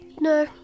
No